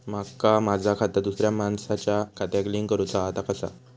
माका माझा खाता दुसऱ्या मानसाच्या खात्याक लिंक करूचा हा ता कसा?